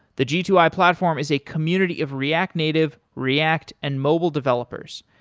the g two i platform is a community of react native, react and mobile developers.